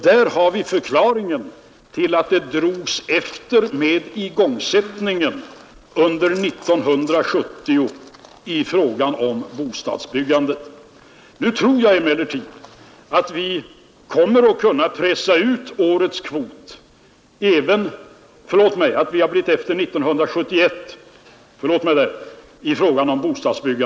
Där har vi förklaringen till att igångsättningen av bostadsbyggandet släpade efter under 1971.